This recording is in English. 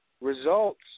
results